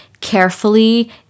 carefully